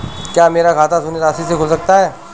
क्या मेरा खाता शून्य राशि से खुल सकता है?